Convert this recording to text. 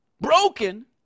Broken